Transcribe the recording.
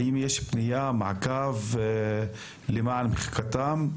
האם יש פניה, מעקב, למען מחיקתם?